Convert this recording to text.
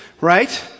right